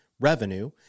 revenue